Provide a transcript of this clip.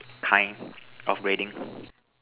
kind of grading